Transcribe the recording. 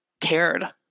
cared